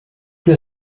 hier